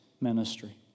ministry